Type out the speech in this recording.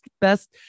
best